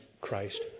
Christ